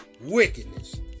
wickedness